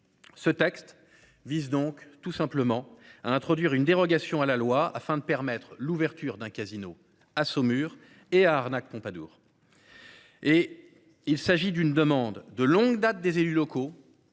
Ce texte vise donc tout simplement à introduire une dérogation à la loi afin de permettre l'ouverture d'un casino à Saumur et arnaque Pompadour. Et il s'agit d'une demande de longue date des élus locaux,